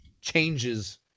changes